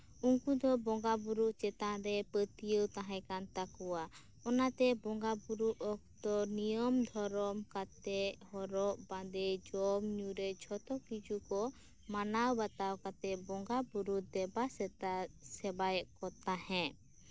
ᱩᱱᱠᱩ ᱫᱚ ᱵᱚᱸᱜᱟ ᱵᱩᱨᱩ ᱪᱮᱛᱟᱱ ᱨᱮ ᱯᱟᱹᱛᱭᱟᱹᱣ ᱛᱟᱦᱮᱸ ᱠᱟᱱᱛᱟᱠᱚᱣᱟ ᱚᱱᱟᱛᱮ ᱵᱚᱸᱜᱟ ᱵᱩᱨᱩ ᱚᱠᱛᱚ ᱱᱤᱭᱟᱹᱢ ᱫᱷᱚᱨᱚᱢ ᱠᱟᱛᱮᱫ ᱦᱚᱨᱚᱜ ᱵᱟᱸᱫᱮ ᱡᱚᱢᱧᱩ ᱨᱮ ᱡᱷᱚᱛᱚ ᱠᱤᱪᱷᱩᱠᱚ ᱢᱟᱱᱟᱣ ᱵᱟᱛᱟᱣ ᱠᱟᱛᱮᱫ ᱵᱚᱸᱜᱟ ᱵᱩᱨᱩ ᱫᱮᱵᱟ ᱥᱮᱵᱟᱭᱮᱫᱠᱚ ᱛᱟᱦᱮᱸᱫ